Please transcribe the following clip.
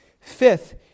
Fifth